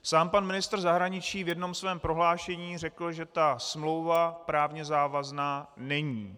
Sám pan ministr zahraničí v jednom svém prohlášení řekl, že ta smlouva právně závazná není.